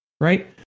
right